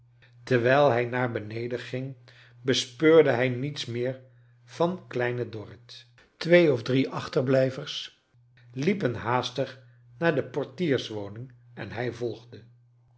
terwijl hij naar beneden ging bespeurde hij niets meer van kleine dorrit twee of drie achterbiijvers liepen haastig naar de portiers wooing en hij voigcle